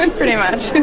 and pretty much.